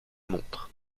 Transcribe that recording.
montre